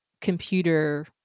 computer